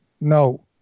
No